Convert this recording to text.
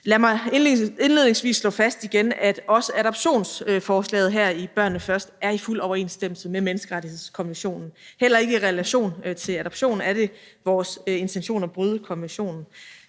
Lad mig indledningsvis slå fast igen, at også adoptionsforslaget her i »Børnene Først« er i fuld overensstemmelse med menneskerettighedskonventionen. Heller ikke i relation til adoption er det vores intention at bryde konventionen.